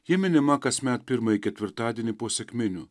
ji minima kasmet pirmąjį ketvirtadienį po sekminių